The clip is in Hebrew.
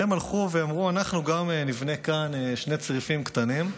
והם הלכו ואמרו: גם אנחנו נבנה כאן שני צריפים קטנים.